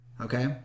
okay